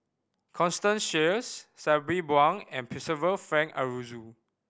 Constance Sheares Sabri Buang and Percival Frank Aroozoo